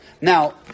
Now